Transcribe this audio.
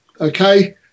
okay